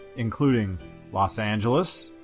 including los angeles,